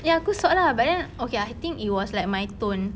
ya aku sot but then I think it was like my tone